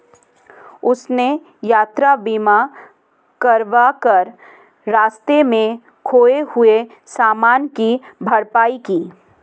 उसने यात्रा बीमा करवा कर रास्ते में खोए हुए सामान की भरपाई की